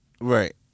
right